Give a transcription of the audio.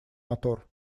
мотор